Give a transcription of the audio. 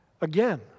again